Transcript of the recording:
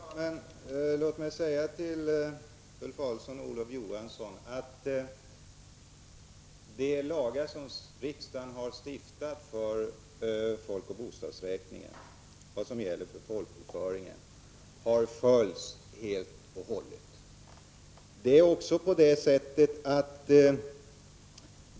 Fru talman! Låt mig säga till Ulf Adelsohn och Olof Johansson att de lagar som riksdagen har stiftat för folkoch bostadsräkningen och de lagar som gäller för folkbokföringen har följts helt och hållet.